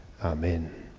Amen